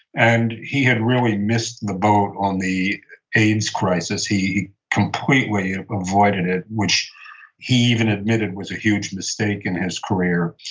and he had really missed the boat on the aids crisis. he completely avoided it, which he even admitted was a huge mistake in his career.